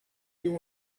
you